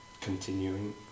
continuing